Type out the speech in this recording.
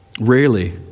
Rarely